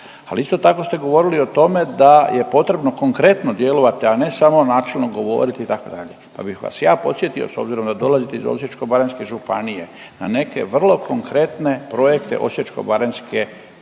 ali isto tako ste govorili o tome da je potrebno konkretno djelovati, a ne samo načelno govoriti itd., pa bih vas ja podsjetio, s obzirom da dolazite iz Osječko-baranjske županije, na neke vrlo konkretne projekte Osječko-baranjske županije,